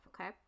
okay